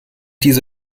diese